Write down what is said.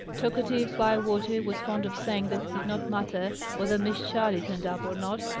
talkative bywater was fond of saying that it did not matter whether miss charley turned up or not,